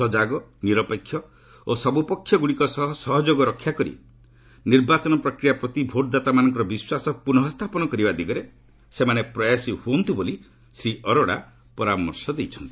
ସଜାଗ ନିରପେକ୍ଷ ଓ ସବୁପକ୍ଷଗୁଡ଼ିକ ସହ ଯୋଗାଯୋଗ ରକ୍ଷା କରି ନିର୍ବାଚନ ପ୍ରକ୍ରିୟା ପ୍ରତି ଭୋଟଦାତାମାନଙ୍କର ବିଶ୍ୱାସ ପୁନଃ ସ୍ଥାପନ କରିବା ଦିଗରେ ସେମାନେ ପ୍ରୟାସୀ ହୁଅନ୍ତୁ ବୋଲି ଅରୋଡା ପରାମର୍ଶ ଦେଇଛନ୍ତି